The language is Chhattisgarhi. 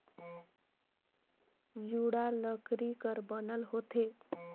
जुड़ा लकरी कर बनल होथे